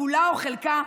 כולה או חלקה,